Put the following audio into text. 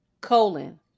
colon